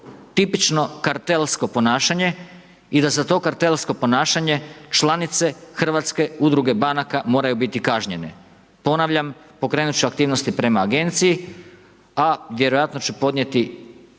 tipično kartelsko ponašanje i da za to kartelsko ponašanje članice hrvatske udruge banaka moraju biti kaznjene. Ponavljam, pokrenut ću aktivnosti prema agenciji, a vjerojatno ću podnijeti,